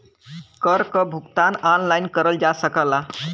कर क भुगतान ऑनलाइन करल जा सकला